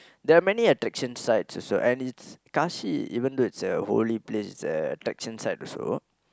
there are many attraction sites also and it's Kashi even though it's a holy place it's a attraction site also